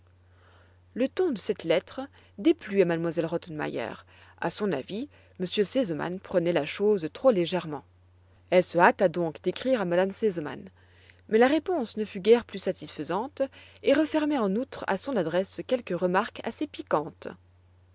le ton de cette lettre déplut à m elle rottenmeier à son avis m r sesemann prenait la chose trop légèrement elle se hâta donc d'écrire à m me sesemann mais la réponse ne fut guère plus satisfaisante et renfermait en outre à son adresse quelques remarques assez piquantes